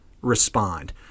respond